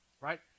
right